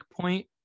point